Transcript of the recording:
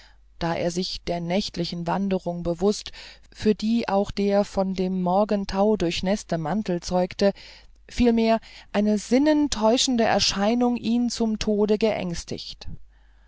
da er sich der nächtlichen wanderung bewußt für die auch der von dem morgentau durchnäßte mantel zeugte vielmehr eine sinnetäuschende erscheinung ihn zum tode geängstigt